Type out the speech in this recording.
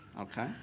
okay